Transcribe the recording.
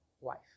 wife